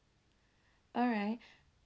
alright